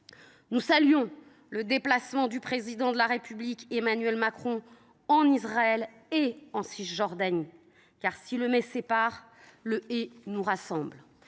Nous saluons le déplacement du Président de la République Emmanuel Macron en Israël et en Cisjordanie. Si le « mais » nous sépare, le « et » nous rassemble.